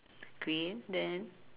green then